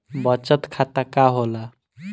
बचत खाता का होला?